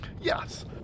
Yes